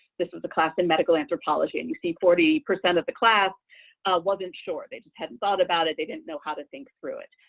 this is the class in medical anthropology, and you see forty percent of the class wasn't sure. they just haven't thought about it. they didn't know how to think through it.